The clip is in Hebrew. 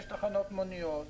תחנות מוניות,